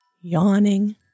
yawning